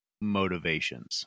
motivations